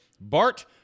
Bart